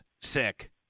sick